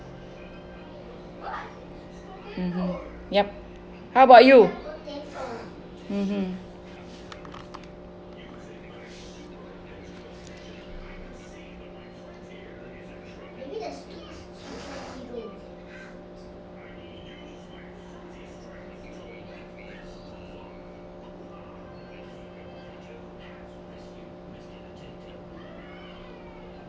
mmhmm yup how about you mmhmm